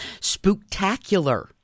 Spooktacular